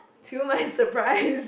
too much surprise